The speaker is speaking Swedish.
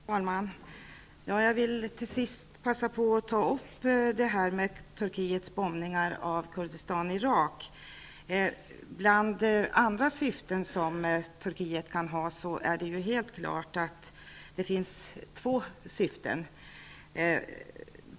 Fru talman! Jag vill till sist passa på att ta upp Turkiets bombningar i Kurdistan i Irak. Det är helt klart att Turkiet har åtminstone två syften.